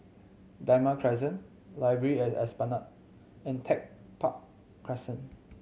Damai Crescent Library at Esplanade and Tech Park Crescent